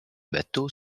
bateaux